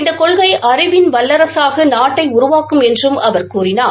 இந்த கொள்கை அறிவின் வல்லரசாக நாட்டை உருவாக்கும் என்றும் அவர் கூறினார்